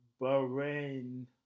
Bahrain